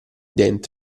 dentro